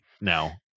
now